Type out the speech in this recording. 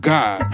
God